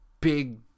big